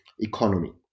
economy